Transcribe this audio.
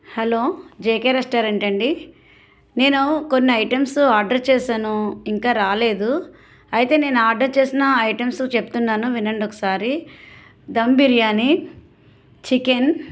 hello JK రెస్టారెంటా అండి నేను కొన్ని ఐటమ్సు ఆర్డర్ చేసాను ఇంకా రాలేదు అయితే నేను ఆర్డర్ చేసిన ఆ ఐటమ్సు చెప్తున్నాను వినండి ఒకసారి దమ్ బిర్యానీ చికెన్